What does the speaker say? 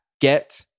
Get